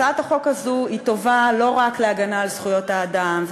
הצעת החוק הזו טובה לא רק להגנה על זכויות האדם,